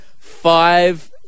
five